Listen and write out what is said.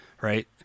right